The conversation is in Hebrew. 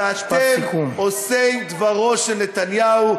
כשהם מרוצים הקואליציה לא של הליכוד, של נתניהו,